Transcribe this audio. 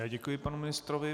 Já děkuji panu ministrovi.